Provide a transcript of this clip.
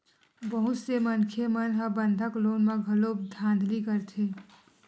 बहुत से मनखे मन ह बंधक लोन म घलो धांधली करथे